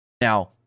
Now